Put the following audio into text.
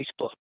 Facebook